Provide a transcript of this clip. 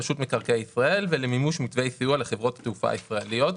רשות מקרקעי ישראל ומימוש מתווי סיוע לחברות התעופה הישראליות.